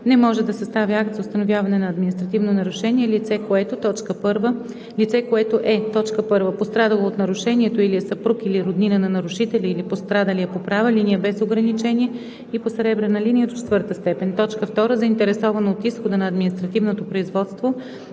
Не може да съставя акт за установяване на административно нарушение лице, което е: 1. пострадало от нарушението или е съпруг или роднина на нарушителя или пострадалия по права линия без ограничение и по съребрена линия – до четвърта степен; 2. заинтересовано от изхода на административното производство